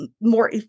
more